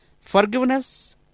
Forgiveness